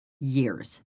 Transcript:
years